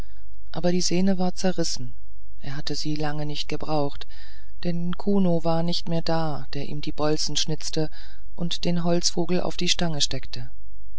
aber die sehne war zerrissen er hatte sie lange nicht gebraucht denn kuno war nicht mehr da der ihm die bolzen schnitzte und den holzvogel auf die stange steckte